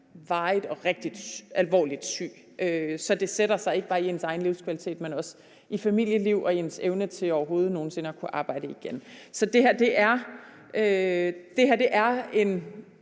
varigt og rigtig alvorligt syge, så det sætter sig ikke bare i deres egen livskvalitet, men også i familielivet og i deres evne til overhovedet nogen sinde at kunne arbejde igen. Så det her er en